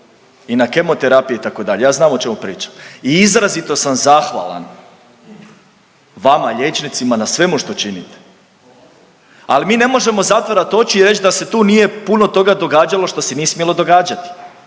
I na kemoterapije itd. ja znam o čemu pričam i izrazito sam zahvalan vama liječnicima na svemu što činite ali mi ne možemo zatvarat oči i reć da se tu nije puno toga događalo što se nije smjelo događati.